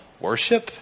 worship